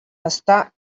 està